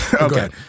Okay